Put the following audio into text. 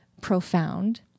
profound